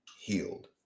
healed